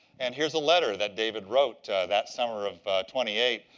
and here's a letter that david wrote that summer of twenty eight,